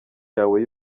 yawe